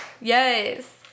Yes